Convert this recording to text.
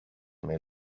may